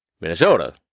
Minnesota